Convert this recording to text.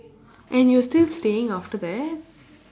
and you're still staying after that